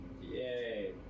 Yay